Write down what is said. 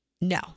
no